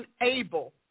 unable